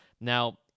Now